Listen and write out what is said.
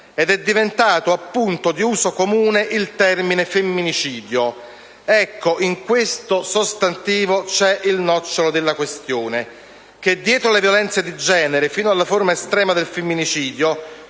ed è diventato appunto di uso comune il termine «femminicidio». Ecco, in questo sostantivo c'è il nocciolo della questione. Che dietro le violenze di genere, fino alla forma estrema del femminicidio,